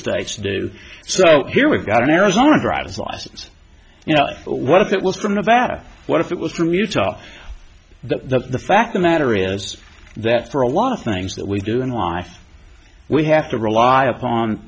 states do so here we've got an arizona driver's license you know what if it was from nevada what if it was from utah the fact the matter is that for a lot of things that we do in life we have to rely upon